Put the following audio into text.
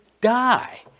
die